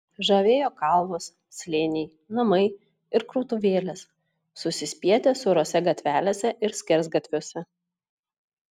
žavėjo kalvos slėniai namai ir krautuvėlės susispietę siaurose gatvelėse ir skersgatviuose